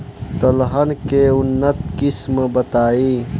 दलहन के उन्नत किस्म बताई?